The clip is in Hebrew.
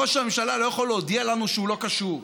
ראש הממשלה לא יכול להודיע לנו שהוא לא קשור,